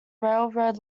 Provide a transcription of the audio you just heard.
railroad